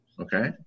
okay